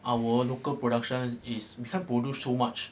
our local production is they can't produce so much